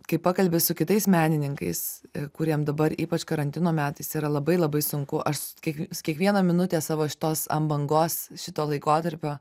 kai pakalbi su kitais menininkais kuriem dabar ypač karantino metais yra labai labai sunku aš kai kiekvieną minutę savo šitos ant bangos šito laikotarpio